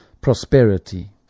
prosperity